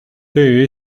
对于